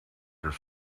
this